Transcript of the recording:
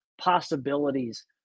possibilities